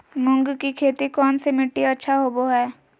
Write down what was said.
मूंग की खेती कौन सी मिट्टी अच्छा होबो हाय?